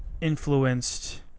influenced